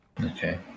Okay